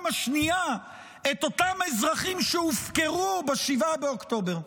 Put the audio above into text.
השנייה את אותם האזרחים שהופקרו ב-7 באוקטובר?